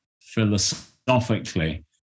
philosophically